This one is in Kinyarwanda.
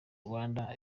rwanda